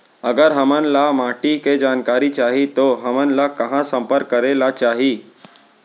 अगर हमन ला माटी के जानकारी चाही तो हमन ला कहाँ संपर्क करे ला चाही?